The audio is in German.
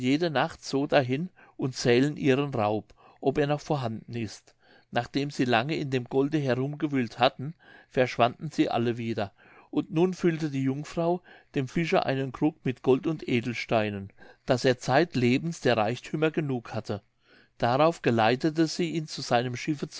jede nacht so dahin und zählen ihren raub ob er noch vorhanden ist nachdem sie lange in dem golde herumgewühlt hatten verschwanden sie alle wieder und nun füllte die jungfrau dem fischer einen krug mit gold und edelsteinen daß er zeitlebens der reichthümer genug hatte darauf geleitete sie ihn zu seinem schiffe